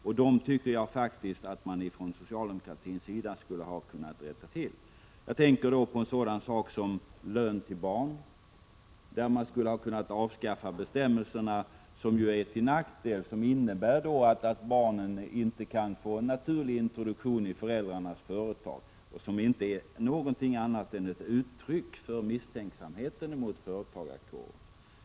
Jag tycker faktiskt att man från socialdemokratins sida borde ha kunnat rätta till de orättvisorna. Jag tänker på en sådan sak som lön till barn, där man skulle ha kunnat avskaffa de bestämmelser som är till nackdel och innebär att barnen inte kan få en naturlig introduktion i föräldrarnas företag. De bestämmelserna är inte någonting annat än ett uttryck för misstänksamhet mot företagarkåren.